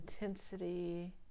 intensity